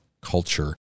culture